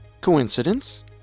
Coincidence